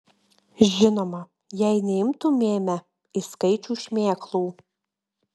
žinoma jei neimtumėme į skaičių šmėklų